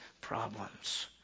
problems